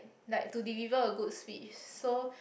like to deliver a good speech so